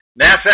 NASA